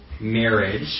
marriage